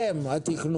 זה לא מסתיים, התכנון.